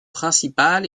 principal